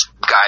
guys